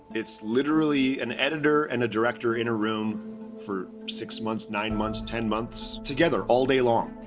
it's literally an editor and a director in a room for six months, nine months, ten months. together all day long.